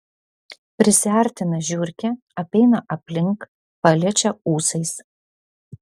prisiartina žiurkė apeina aplink paliečia ūsais